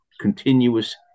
continuous